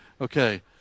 Okay